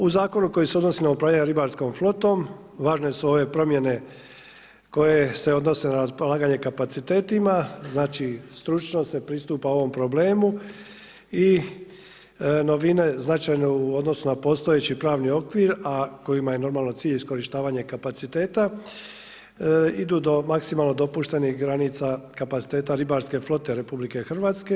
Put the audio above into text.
U zakonu koji se odnosi na upravljanje ribarskom flotom važne su ove promjene koje se odnose na raspolaganje kapacitetima, znači stručno se pristupa ovom problemu i novine značajne u odnosu na postojeći pravni okvir a kojima je normalno cilj iskorištavanje kapaciteta idu do maksimalno dopuštenih granica kapaciteta ribarske flote Republike Hrvatske.